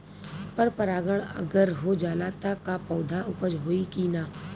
पर परागण अगर हो जाला त का पौधा उपज होई की ना?